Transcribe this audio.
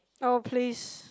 oh please